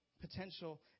potential